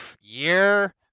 year